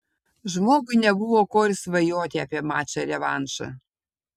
žmogui nebuvo ko ir svajoti apie mačą revanšą